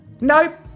Nope